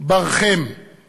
ברכם/